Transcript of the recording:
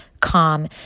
calm